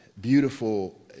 beautiful